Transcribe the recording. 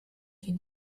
you